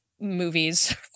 movies